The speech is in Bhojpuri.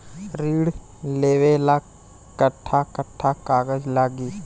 ऋण लेवेला कट्ठा कट्ठा कागज लागी?